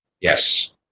Yes